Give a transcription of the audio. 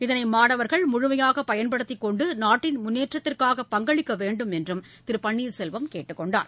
இதனைமாணவர்கள் முழுமையாகபயன்படுத்திக் கொண்டுநாட்டின் முன்னேற்றத்திற்காக பங்களிக்கவேண்டும் என்றும் திருபன்னீர்செல்வம் கேட்டுக் கொண்டார்